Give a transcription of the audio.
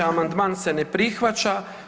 Amandman se ne prihvaća.